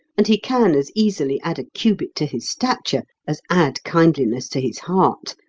and he can as easily add a cubit to his stature as add kindliness to his heart.